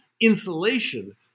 insulation